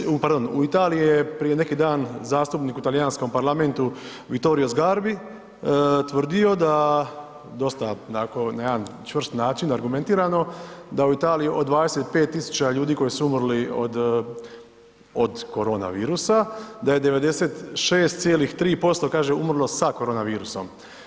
U Americi, pardon, u Italiji je prije neki dan zastupnik u talijanskom parlamentu Vittorio Sgarbi tvrdio da dosta nakon, na jedan čvrst način argumentirano, da u Italiji od 25 000 ljudi koji su umrli od, od koronavirusa da je 96,3% kaže, umrlo sa koronavirusom.